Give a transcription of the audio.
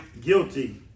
guilty